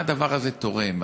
למה הדבר באמת תורם?